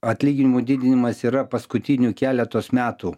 atlyginimų didinimas yra paskutinių keletos metų